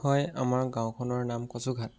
হয় আমাৰ গাঁওখনৰ নাম কচুঘাট